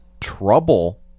trouble